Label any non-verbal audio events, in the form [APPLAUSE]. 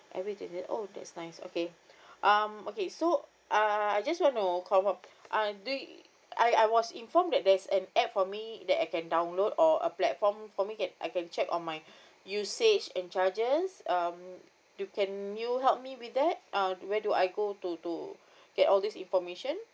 every twentieth oh that's nice okay [BREATH] um okay so uh I just want find out uh do you~ I I was informed that there's an app for me that I can download or a platform for me can I can check on my [BREATH] usage and charges um you can you help me with that uh where do I go to to get all this information